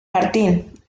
martín